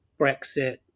Brexit